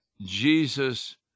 Jesus